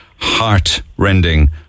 heart-rending